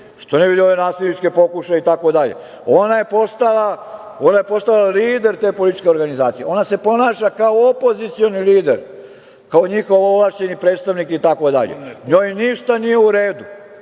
Što ne vidi ove nasilničke pokušaje itd? Ona je postala lider te političke organizacije, ona se ponaša kao opozicioni lider, kao njihov ovlašćeni predstavnik itd. Njoj ništa nije u redu.